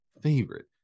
favorite